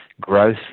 growth